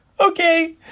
okay